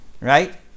right